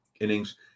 innings